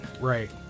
right